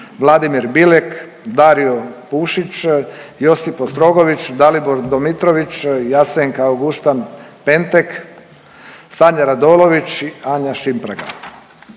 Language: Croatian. Vladimir Bilek, Dario Pušić, Josip Ostrogović, Dalibor Domitrović, Jasenka Auguštan-Pentek, Sanja Radolović i Anja Šimpraga.